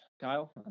Kyle